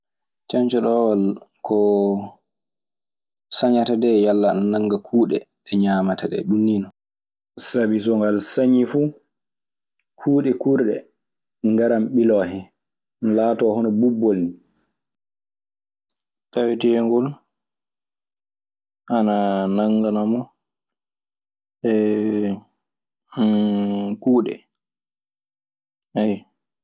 Cancaɗoowal ko sañatadee yalla ana nanga kuuɗe ɗe ñaamata ɗee, ɗun nii non. Sabi so ngal sañii fu, kuuɗe kuurɗe ngaran ɓiloo hen, laatoo hono bubbol nii taweteendol ana nanngana mo kuuɗe.